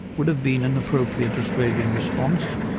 would have been an appropriate australian response,